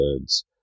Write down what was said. birds